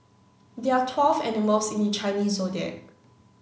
there are twelve animals in the Chinese Zodiac